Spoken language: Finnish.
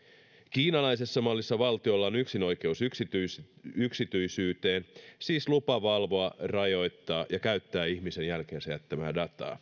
kiinalaisessa mallissa valtiolla on yksinoikeus yksityisyyteen yksityisyyteen siis lupa valvoa rajoittaa ja käyttää ihmisen jälkeensä jättämää dataa